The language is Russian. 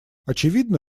очевидно